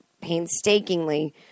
painstakingly